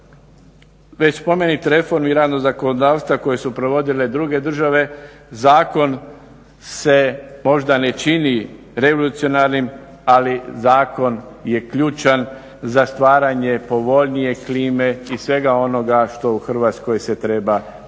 već spomenutih reformi radnog zakonodavstva koje su provodile druge države, zakon se možda ne čini revolucionarnim, ali zakon je ključan za stvaranje povoljnije klime i svega onoga što u Hrvatskoj se treba